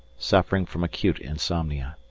suffering from acute insomnia.